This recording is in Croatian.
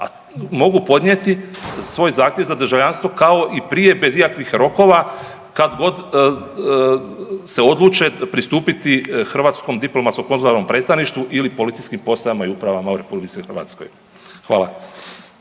mogu podnijeti svoj zahtjev za državljanstvo kao i prije bez ikakvih rokova kad god se odluče pristupiti hrvatskom diplomatskom konzularnom predstavništvu ili policijskim postajama i upravama u RH. Hvala.